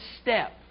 step